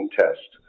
test